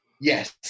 Yes